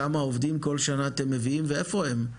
כמה עובדים כל שנה אתם מביאים ואיפה הם,